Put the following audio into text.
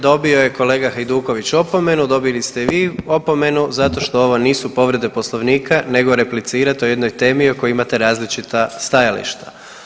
Dobio je kolega Hajduković opomenu, dobili ste i vi opomenu zato što ovo nisu povrede Poslovnika, nego replicirate o jednoj temi o kojoj imate različita stajališta.